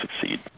succeed